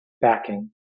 backing